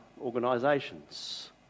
organisations